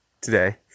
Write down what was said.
today